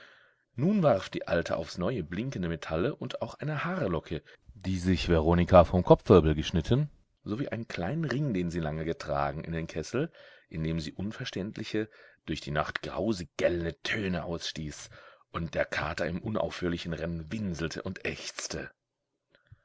nun warf die alte aufs neue blinkende metalle und auch eine haarlocke die sich veronika vom kopfwirbel geschnitten sowie einen kleinen ring den sie lange getragen in den kessel indem sie unverständliche durch die nacht grausig gellende töne ausstieß und der kater im unaufhörlichen rennen winselte und ächzte